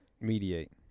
mediate